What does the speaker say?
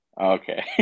Okay